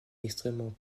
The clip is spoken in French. extrêmement